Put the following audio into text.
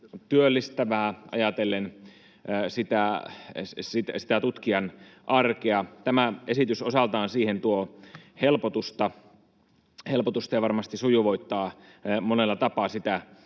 työllistävää ajatellen sitä tutkijan arkea. Tämä esitys tuo siihen osaltaan helpotusta ja varmasti sujuvoittaa monella tapaa sitä